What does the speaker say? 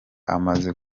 amaze